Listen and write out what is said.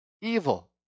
evil